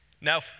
Now